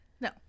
No